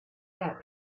that